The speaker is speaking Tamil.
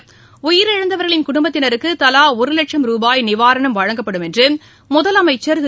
இந்த விபத்தில் உயிரிழந்தவர்களின் குடும்பத்தினருக்கு தவா ஒரு வட்சும் ரூபாய் நிவாரணம் வழங்கப்படும் என்று முதலமைச்சர் திரு